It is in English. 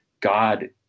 God